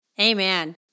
Amen